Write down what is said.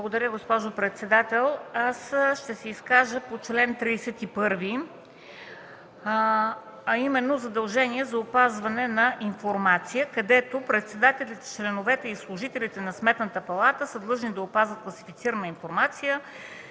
Благодаря, госпожо председател. Ще се изкажа по чл. 31, а именно „Задължение за опазване на информация”, където председателят, членовете и служителите на Сметната палата са длъжни да опазват класифицирана информация